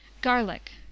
GARLIC